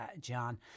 John